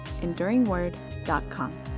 EnduringWord.com